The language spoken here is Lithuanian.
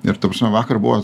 ir ta prasme vakar buvo